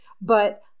but-